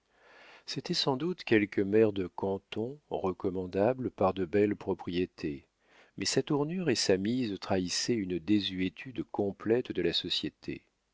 c'était sans doute quelque maire de canton recommandable par de belles propriétés mais sa tournure et sa mise trahissaient une désuétude complète de la société